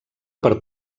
per